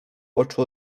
oczu